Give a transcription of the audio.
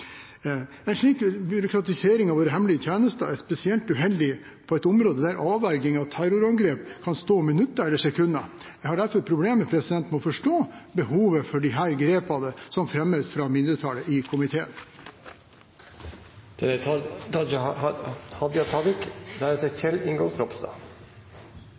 En slik byråkratisering av våre hemmelige tjenester er spesielt uheldig på et område der det i avverging av terrorangrep kan stå om minutter eller sekunder. Jeg har derfor problemer med å forstå behovet for disse grepene som fremmes fra mindretallet i komiteen. Dette er ei viktig sak. Det